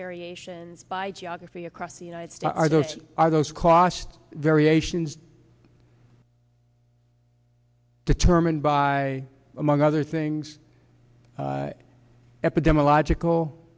variations by geography across the united states are those are those cost variations determined by among other things epidemic logical